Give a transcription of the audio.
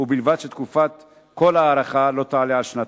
ובלבד שתקופת כל ההארכה לא תעלה על שנתיים.